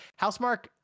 housemark